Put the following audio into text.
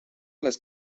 las